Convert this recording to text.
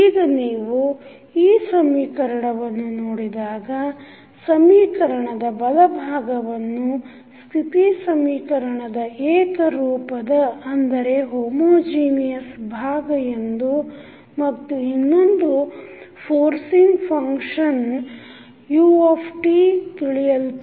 ಈಗ ನೀವು ಈ ಸಮೀಕರಣವನ್ನು ನೋಡಿದಾಗ ಸಮೀಕರಣದ ಬಲಭಾಗವನ್ನು ಸ್ಥಿತಿ ಸಮೀಕರಣದ ಏಕರೂಪದ ಭಾಗ ಎಂದು ಮತ್ತು ಇನ್ನೊಂದು ಫೋರ್ಸಿಂಗ್ ಫಂಕ್ಷನ್ u ತಿಳಿಯಲ್ಪಡುತ್ತವೆ